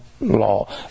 law